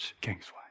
Kingsway